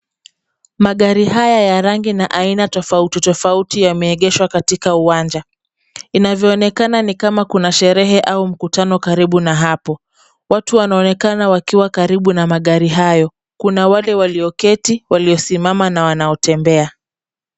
Magari haya ya rangi na aina tofauti tofauti yameegeshwa katika uwanja. Inavyoonekana ni kama kuna sherehe au mkutano karibu na hapo. Watu wanaonekana wakiwa karibu na magari hayo. Kuna wale walioketi, waliosimama na wanaotembea.